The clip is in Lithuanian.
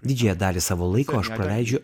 didžiąją dalį savo laiko aš praleidžiu